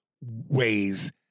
ways